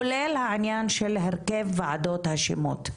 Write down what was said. כולל העניין של הרכב ועדות השמות.